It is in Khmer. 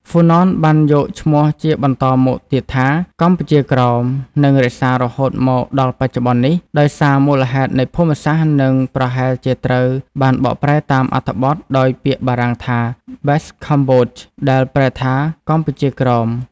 ហ៊្វូណន បានយកឈ្មោះជាបន្តមកទៀតថា កម្ពុជាក្រោម និងរក្សារហូតមក ដល់បច្ចុប្បន្ននេះ ដោយសារមូលហេតុនៃភូមិសាស្ត្រនិងប្រហែលជាត្រូវបានបកប្រែតាមអត្ថបទដោយពាក្យបារាំងថា Bas-Cambodge ដែលប្រែថា កម្ពុជា ក្រោម ។